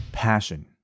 passion